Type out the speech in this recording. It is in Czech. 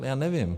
Já nevím.